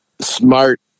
smart